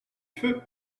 feu